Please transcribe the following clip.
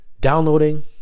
downloading